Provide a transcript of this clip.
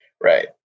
Right